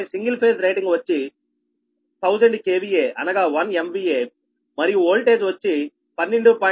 వాటి single phase rating వచ్చి 1000 KVA అనగా 1 MVA మరియు వోల్టేజ్ వచ్చి 12